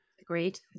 Agreed